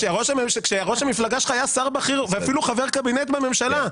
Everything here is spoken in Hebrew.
כשראש המפלגה שלך היה שר בכיר ואפילו חבר קבינט בממשלה.